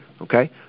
Okay